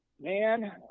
man